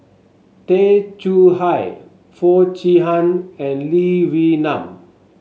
Tay Chong Hai Foo Chee Han and Lee Wee Nam